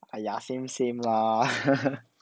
!aiya! same same lah